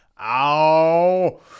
ow